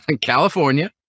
California